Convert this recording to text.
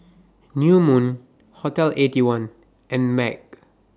New Moon Hotel Eighty One and MAG